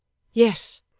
yes.